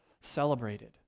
celebrated